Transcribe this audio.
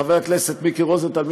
חבר הכנסת מיקי רוזנטל,